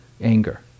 anger